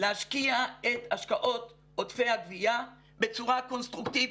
להשקיע את השקעות עודפי הגביה בצורה קונסטרוקטיבית.